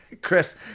Chris